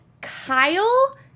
Kyle